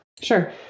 Sure